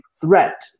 threat